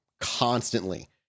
Constantly